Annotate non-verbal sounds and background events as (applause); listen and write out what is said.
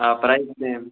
آ price (unintelligible) same